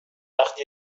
وقت